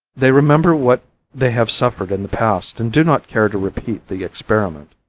they remember what they have suffered in the past and do not care to repeat the experiment.